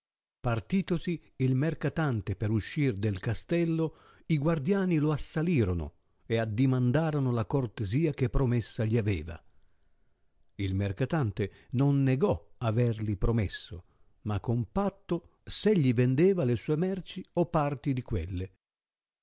partitosi il mercatante per uscir del castello i guardiani lo assalirono e addimandarono la cortesia che promessa gli aveva il mercatante non negò averli promesso ma con patto s egli vendeva le sue merci parte di quelle